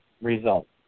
results